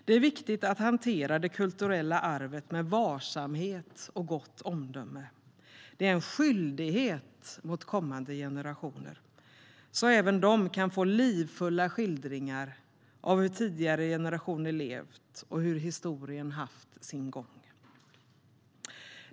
Det är viktigt att hantera det kulturella arvet med varsamhet och gott omdöme. Det är en skyldighet mot kommande generationer, så att även de kan få livfulla skildringar av hur tidigare generationer levt och hur historien haft sin gång.